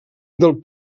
del